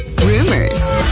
rumors